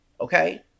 Okay